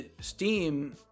Steam